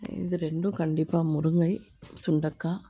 இது ரெண்டும் கண்டிப்பாக முருங்கை சுண்டக்காய்